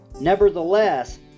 Nevertheless